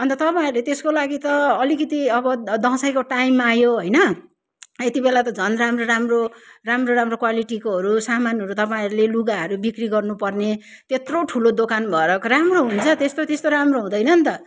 अन्त तपाईँहरूले त्यसको लागि त अलिकति अब दसैँको टाइम आयो होइन यति बेला त झन् राम्रो राम्रो राम्रो राम्रो क्वालिटीकोहरू सामानहरू तपाईँहरूले लुगाहरू बिक्री गर्नु पर्ने त्यत्रो ठुलो दोकान भएर कहाँ राम्रो हुन्छ त्यस्तो त्यस्तो राम्रो हुँदैन नि त